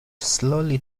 slowly